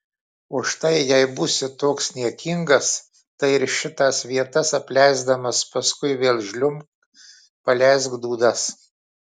o štai jei būsi toks niekingas tai ir šitas vietas apleisdamas paskui vėl žliumbk paleisk dūdas